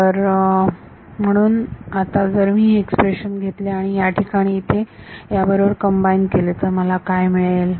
तर म्हणून आता जर मी हे एक्सप्रेशन घेतले आणि याठिकाणी इथे याबरोबर कंबाईन केले तर मला काय मिळेल